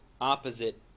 opposite